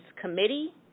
committee